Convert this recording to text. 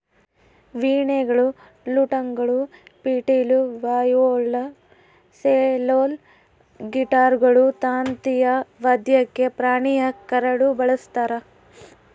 ವೀಣೆಗಳು ಲೂಟ್ಗಳು ಪಿಟೀಲು ವಯೋಲಾ ಸೆಲ್ಲೋಲ್ ಗಿಟಾರ್ಗಳು ತಂತಿಯ ವಾದ್ಯಕ್ಕೆ ಪ್ರಾಣಿಯ ಕರಳು ಬಳಸ್ತಾರ